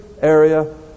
area